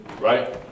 right